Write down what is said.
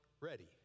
ready